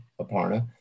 Aparna